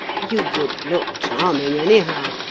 you would look charming anyhow,